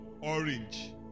orange